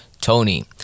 Tony